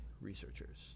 researchers